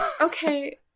Okay